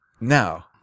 Now